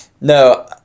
no